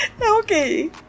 okay